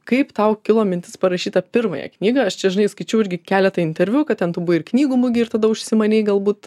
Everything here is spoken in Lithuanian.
kaip tau kilo mintis parašyt tą pirmąją knygą aš čia žinai skaičiau irgi keletą interviu kad ten tu buvai ir knygų mugėj ir tada užsimanei galbūt